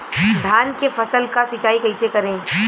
धान के फसल का सिंचाई कैसे करे?